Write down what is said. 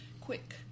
quick